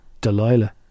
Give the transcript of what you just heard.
Delilah